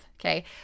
okay